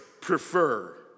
prefer